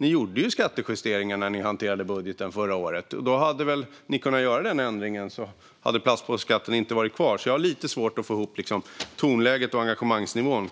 Ni gjorde ju skattejusteringar när ni hanterade budgeten förra året, och då hade ni väl kunnat göra den här ändringen. I så fall hade plastpåseskatten inte varit kvar. Jag har alltså lite svårt att få ihop tonläget och engagemangsnivån